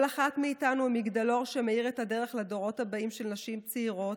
כל אחת מאיתנו היא מגדלור שמאיר את הדרך לדורות הבאים של נשים צעירות,